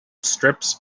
strips